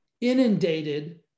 inundated